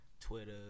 Twitter